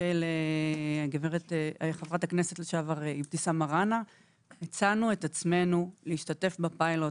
של חברת הכנסת לשעבר אבתיסאם מראענה הצענו את עצמנו להשתתף בפיילוט,